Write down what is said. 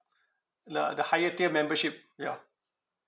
uh the higher tier membership ya